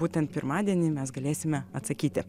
būtent pirmadienį mes galėsime atsakyti